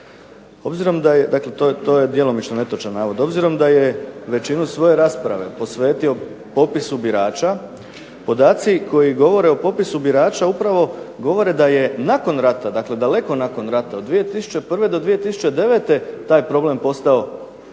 to je djelomično netočan navod. Obzirom da je većinu svoje rasprave posvetio popisu birača podaci koji govore o popisu birača upravo govore da je nakon rata, dakle daleko nakon rata, od 2001. do 2009., taj problem postao